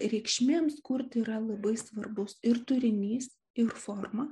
reikšmėms kurti yra labai svarbus ir turinys ir forma